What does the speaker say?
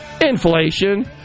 Inflation